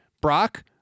Brock